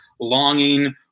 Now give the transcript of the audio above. longing